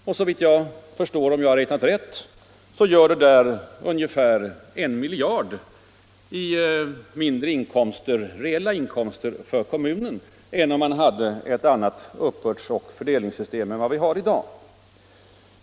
Om jag har räknat rätt, gör det här ungefär 1 miljard mindre i reell inkomst för kommunerna än om vi hade ett annat uppbördsoch fördelningssystem än i dag.